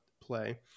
play